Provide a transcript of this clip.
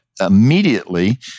immediately